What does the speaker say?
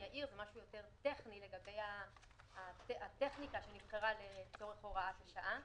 אעיר משהו יותר טכני לגבי הטכניקה שנבחרה לצורך הוראת השעה.